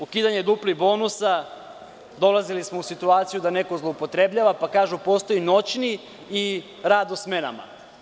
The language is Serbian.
Ukidanje duplih bonusa, dolazili smo u situaciju da neko zloupotrebljava, pa kažu postoji noćni i rad u smenama.